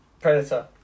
Predator